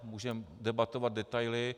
Můžeme debatovat detaily.